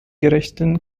gerechten